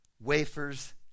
wafers